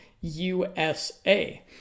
USA